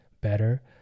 better